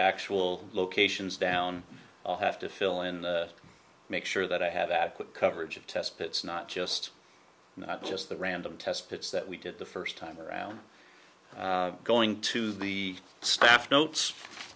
actual locations down i'll have to fill in make sure that i have adequate coverage of test pits not just not just the random test pits that we did the first time around going to the staff